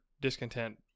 discontent